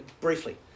briefly